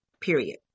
period